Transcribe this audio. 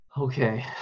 Okay